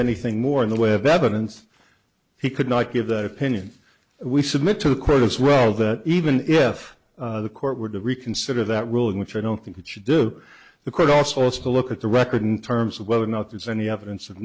anything more in the way of evidence he could not give that opinion we submit to quote as well that even if the court were to reconsider that ruling which i don't think it should do the court also is to look at the record in terms of whether or not there's any evidence of